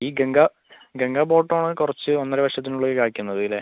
ഈ ഗംഗാ ഗംഗാ ബോട്ടം ആണ് കുറച്ച് ഒന്നര വർഷത്തിനുള്ളിൽ കായ്ക്കുന്നത് അല്ലേ